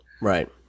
Right